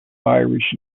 irish